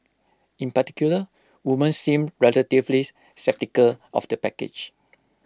in particular women seemed relatively sceptical of the package